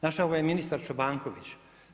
Našao ga je ministar Čobanković.